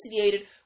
associated